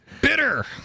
bitter